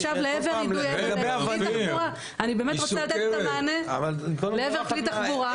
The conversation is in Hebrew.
אני באמת רוצה לתת את העמנה לעבר כלי תחבורה.